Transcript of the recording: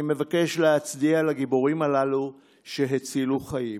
אני מבקש להצדיע לגיבורים הללו שהצילו חיים.